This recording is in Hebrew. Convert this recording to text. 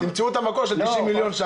שם ימצאו את המקור ל-90 מיליון.